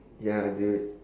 ya dude